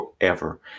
forever